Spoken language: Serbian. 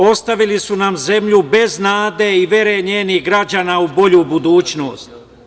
Ostavili su nam zemlju bez nade i vere njenih građana u bolju budućnost.